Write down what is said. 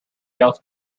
else